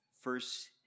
first